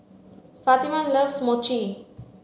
Fatima loves Mochi